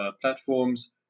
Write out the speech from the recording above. platforms